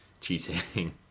cheating